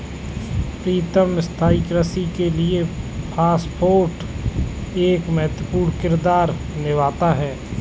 प्रीतम स्थाई कृषि के लिए फास्फेट एक महत्वपूर्ण किरदार निभाता है